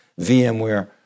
VMware